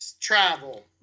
travel